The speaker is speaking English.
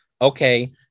okay